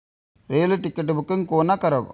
Rail ticket booking कोना करब?